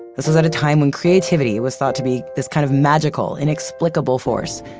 this was at a time when creativity was thought to be this kind of magical, inexplicable force.